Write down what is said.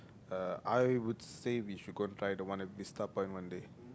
uh I would say we should go and try the one at Vista-Point one day